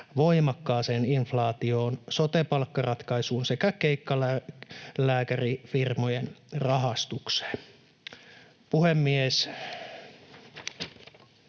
voimakkaaseen inflaatioon, sote-palkkaratkaisuun sekä keikkalääkärifirmojen rahastukseen.